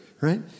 right